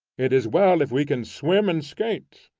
it is well if we can swim and skate.